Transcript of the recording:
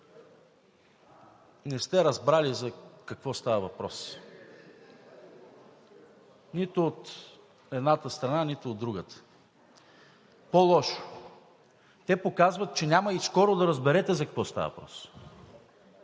не сте разбрали за какво става въпрос – нито от едната страна, нито от другата, а по-лошо, те показват, че няма скоро да разберете за какво става въпрос.